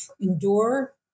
endure